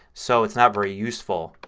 so it's not very useful.